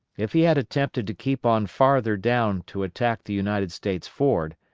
if he had attempted to keep on farther down to attack the united states ford,